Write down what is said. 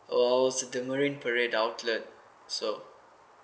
uh I was in the marine parade outlet so